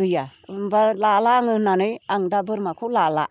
गैया ओमफ्राय लाला आं होननानै आं दा बोरमाखौ लाला